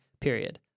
period